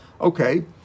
okay